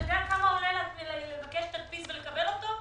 אתה יודע כמה עולה לבקש תדפיס ולקבל אותו?